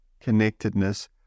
connectedness